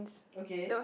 okay